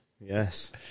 Yes